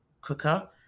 cooker